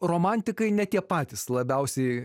romantikai ne tie patys labiausiai